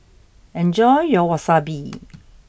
enjoy your Wasabi